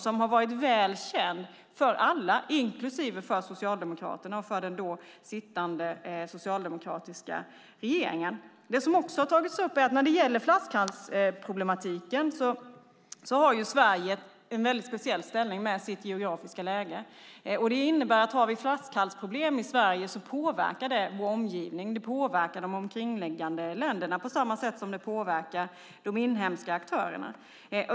De har varit väl kända för alla, inklusive Socialdemokraterna och den då sittande socialdemokratiska regeringen. När det gäller flaskhalsproblematiken har Sverige en speciell ställning med sitt geografiska läge. Om vi har flaskhalsproblem i Sverige påverkar det omgivningen. Det påverkar de omkringliggande länderna på samma sätt som det påverkar de inhemska aktörerna.